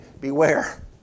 beware